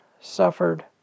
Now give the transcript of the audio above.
suffered